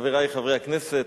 חברי חברי הכנסת,